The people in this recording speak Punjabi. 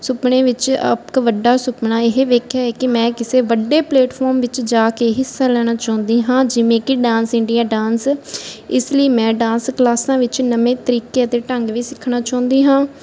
ਸੁਪਨੇ ਵਿੱਚ ਇੱਕ ਵੱਡਾ ਸੁਪਨਾ ਇਹ ਵੇਖਿਆ ਹੈ ਕਿ ਇੱਕ ਮੈਂ ਕਿਸੇ ਵੱਡੇ ਪਲੇਟਫੋਮ ਵਿੱਚ ਜਾ ਕੇ ਹਿੱਸਾ ਲੈਣਾ ਚਾਹੁੰਦੀ ਹਾਂ ਜਿਵੇਂ ਕਿ ਡਾਂਸ ਇੰਡੀਆ ਡਾਂਸ ਇਸ ਲਈ ਮੈਂ ਡਾਂਸ ਕਲਾਸਾਂ ਵਿੱਚ ਨਵੇਂ ਤਰੀਕੇ ਅਤੇ ਢੰਗ ਵੀ ਸਿੱਖਣਾ ਚਾਹੁੰਦੀ ਹਾਂ